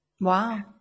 Wow